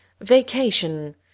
Vacation